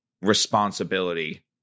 responsibility